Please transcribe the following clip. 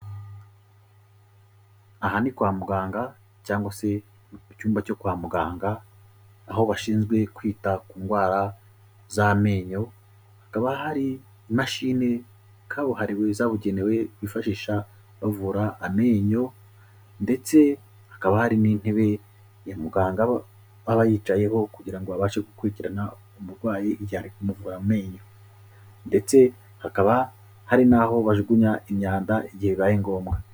Aha ni kwa muganga cyangwa se mu cyumba cyo kwa muganga, aho bashinzwe kwita ku ndwara z'amenyo, hakaba hari imashini kabuhariwe zabugenewe bifashisha bavura amenyo ndetse hakaba hari n'intebe ya muganga aba yicayeho kugira ngo abashe gukurikirana umurwayi igihe ari kumuvura amenyo, ndetse hakaba hari naho bajugunya imyanda igihe bibaye ngombwa.